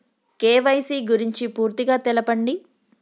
KYC గురించి పూర్తిగా తెలపండి?